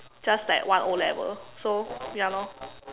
just like one O-level so ya lor